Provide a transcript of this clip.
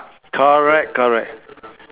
correct correct